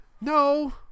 no